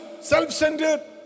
self-centered